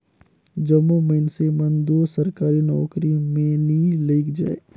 जम्मो मइनसे मन दो सरकारी नउकरी में नी लइग जाएं